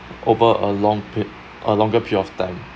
over a long period a longer period of time